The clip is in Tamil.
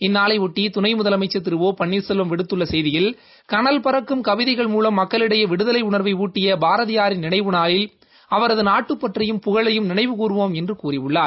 இந்நாளைபொட்டி துணை முதலமைச்ச் திரு ஓ பள்னீர்செல்வம் விடுத்துள்ள செய்தியில் கனல் பறக்கும் கவிதைகள் மூலம் மக்களிடையே விடுதலை உணா்வை ஊட்டிய பாரதியாரின் நினைவு நாளில் அவரது நாட்டுப்பற்றையும் புகழையும் நினைவு கூறவோம் என்று கூறியுள்ளார்